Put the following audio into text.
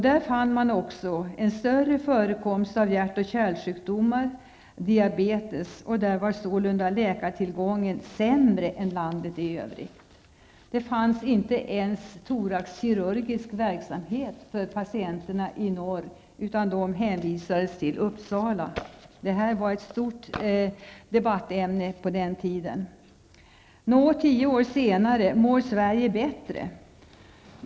Där fann man också en större förekomst av hjärt och kärlsjukdomar samt diabetes, och där var sålunda läkartillgången sämre än i landet i övrigt. Det fanns inte heller toraxkirurgisk verksamhet för patienterna i norr, utan de hänvisades till Uppsala. Detta var ett stort debattämne på den tiden. Nå, tio år senare mår väl Sverige bättre?